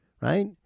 right